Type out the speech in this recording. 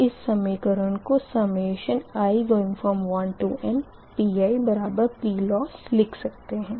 तो इस समीकरण कोi1nPiPloss लिख सकते है